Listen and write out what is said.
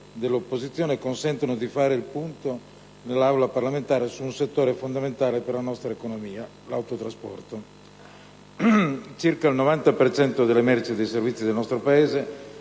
dell'opposizione, consentono di fare il punto nell'Aula parlamentare su un settore fondamentale per la nostra economia: l'autotrasporto. Circa il 90 per cento delle merci e dei servizi del nostro Paese,